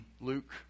Luke